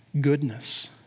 Goodness